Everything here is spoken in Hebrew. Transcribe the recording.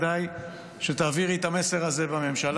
אולי כדאי שתעבירי את המסר הזה בממשלה,